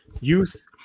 youth